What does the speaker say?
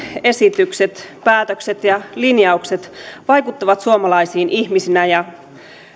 esitykset päätökset ja linjaukset vaikuttavat suomalaisiin ihmisinä ja